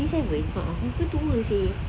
thirty seven muka tua seh